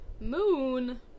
Moon